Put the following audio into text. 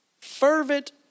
Fervent